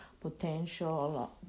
potential